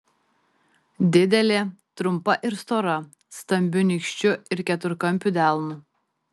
didelė trumpa ir stora stambiu nykščiu ir keturkampiu delnu